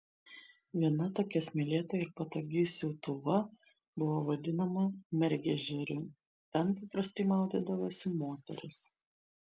viena tokia smėlėta ir patogi sietuva buvo vadinama mergežeriu ten paprastai maudydavosi moterys